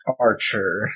archer